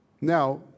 Now